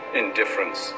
indifference